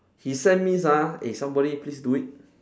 he send means ah eh somebody please do it